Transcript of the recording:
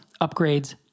upgrades